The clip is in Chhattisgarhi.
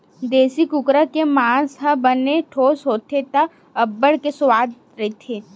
देसी कुकरा के मांस ह बने ठोस होथे त अब्बड़ के सुवाद रहिथे